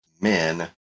men